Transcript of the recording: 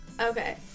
Okay